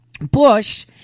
bush